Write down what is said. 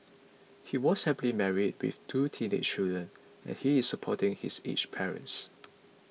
he was happily married with two teenage children and he is supporting his aged parents